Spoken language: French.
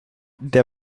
des